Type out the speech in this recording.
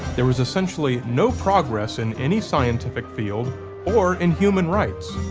there was essentially no progress in any scientific field or in human rights.